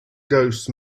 dose